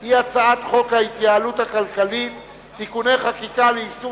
היא הצעת חוק ההתייעלות הכלכלית (תיקוני חקיקה ליישום